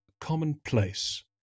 commonplace